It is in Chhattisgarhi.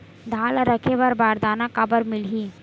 धान ल रखे बर बारदाना काबर मिलही?